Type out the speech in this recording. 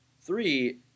Three